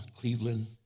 Cleveland